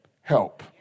help